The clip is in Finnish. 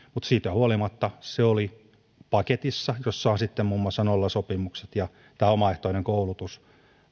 siitä huolimatta se oli paketissa jossa on sitten muun muassa nollasopimukset ja omaehtoinen koulutus